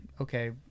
okay